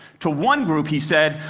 to one group, he said,